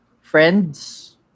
friends